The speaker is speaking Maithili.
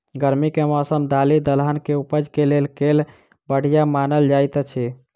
गर्मी केँ मौसम दालि दलहन केँ उपज केँ लेल केल बढ़िया मानल जाइत अछि?